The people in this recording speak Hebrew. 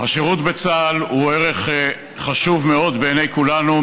השירות בצה"ל הוא ערך חשוב מאוד בעיני כולנו,